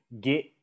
get